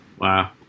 Wow